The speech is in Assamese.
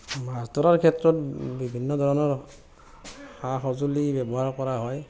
মাছ ধৰাৰ ক্ষেত্ৰত বিভিন্ন ধৰণৰ সা সজুঁলি ব্যৱহাৰ কৰা হয়